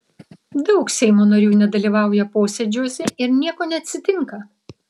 daug seimo narių nedalyvauja posėdžiuose ir nieko neatsitinka